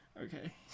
okay